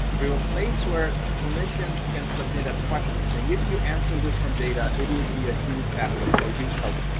we have a place where clinicians can submit a questions and if you answer this from data, it would be a huge asset or huge help.